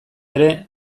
ere